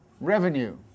revenue